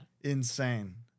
Insane